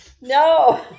No